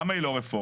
למה היא לא רפורמה?